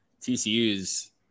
TCU's